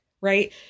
right